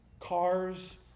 cars